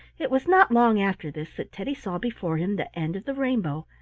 it was not long after this that teddy saw before him the end of the rainbow,